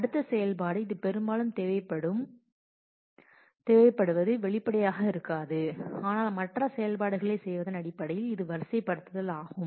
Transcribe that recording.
அடுத்த செயல்பாடு இது பெரும்பாலும் தேவைப்படுவது வெளிப்படையாக இருக்காது ஆனால் மற்ற செயல்பாடுகளைச் செய்வதன் அடிப்படையில் இது வரிசைப்படுத்துதல் ஆகும்